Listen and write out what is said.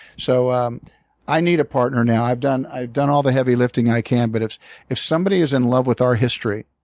so um i need a partner now. i've done i've done all the heavy lifting i can. but if if somebody is in love with our history,